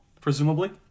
presumably